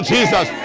Jesus